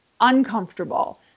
uncomfortable